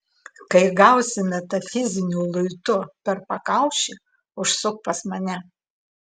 kai gausi metafiziniu luitu per pakaušį užsuk pas mane